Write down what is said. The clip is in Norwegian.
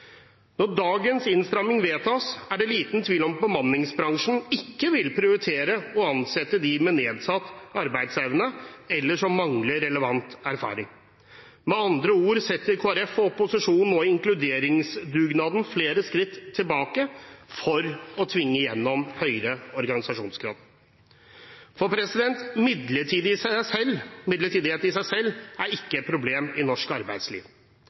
Når dagens innstramming vedtas, er det liten tvil om at bemanningsbransjen ikke vil prioritere å ansette dem med nedsatt arbeidsevne eller som mangler relevant erfaring. Med andre ord setter Kristelig Folkeparti og opposisjonen nå inkluderingsdugnaden flere skritt tilbake for å tvinge gjennom høyere organisasjonsgrad. Midlertidighet er i seg selv ikke et problem i norsk arbeidsliv.